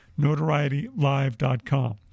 NotorietyLive.com